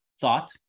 thought